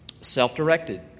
self-directed